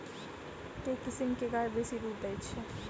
केँ किसिम केँ गाय बेसी दुध दइ अछि?